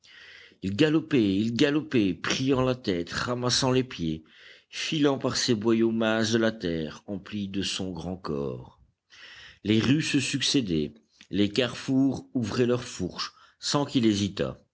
il galopait il galopait pliant la tête ramassant les pieds filant par ces boyaux minces de la terre emplis de son grand corps les rues se succédaient les carrefours ouvraient leur fourche sans qu'il hésitât